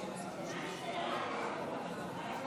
מזכיר הכנסת יקרא בשמות חברי הכנסת